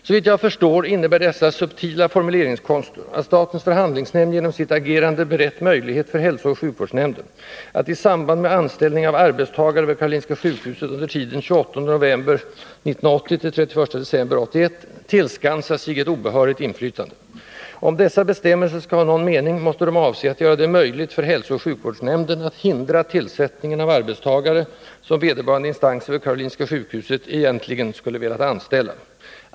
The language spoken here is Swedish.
Såvitt jag förstår innebär dessa subtila formuleringskonster att statens förhandlingsnämnd genom sitt agerande berett möjlighet för hälsooch sjukvårdsnämnden att i samband med anställning av ”arbetstagare” vid Karolinska sjukhuset under tiden den 28 november 1980-den 31 december 1981 tillskansa sig ett obehörigt inflytande. Om dessa bestämmelser skall ha någon mening, måste de avse att göra det möjligt för hälsooch sjukvårdsnämnden att hindra tillsättningen av arbetstagare som vederbörande instanser vid Karolinska sjukhuset egentligen skulle ha velat anställa.